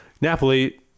Napoli